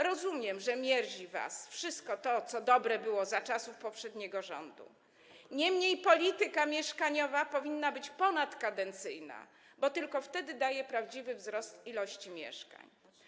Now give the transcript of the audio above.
Rozumiem, że mierzi was wszystko to, co było dobre za czasów poprzedniego rządu, niemniej polityka mieszkaniowa powinna być ponadkadencyjna, bo tylko wtedy daje prawdziwy wzrost liczby mieszkań.